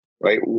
right